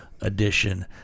edition